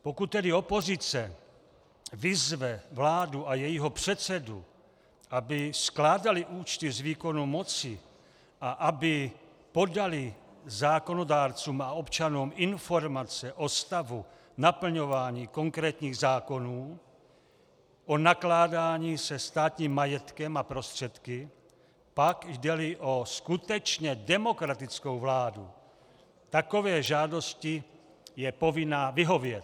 Pokud tedy opozice vyzve vládu a jejího předsedu, aby skládali účty z výkonu moci a aby podali zákonodárcům a občanům informace o stavu naplňování konkrétních zákonů o nakládání se státním majetkem a prostředky, pak, jdeli o skutečně demokratickou vládu, takové žádosti je povinna vyhovět.